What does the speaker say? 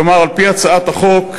כלומר, על-פי הצעת החוק,